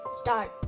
start